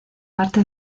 parte